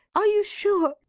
are you sure?